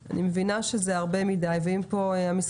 אני מבינה ש-180 ימים זה הרבה מדי ואם המשרד